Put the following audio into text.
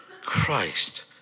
Christ